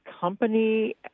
company